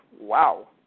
Wow